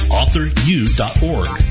authoru.org